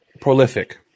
Prolific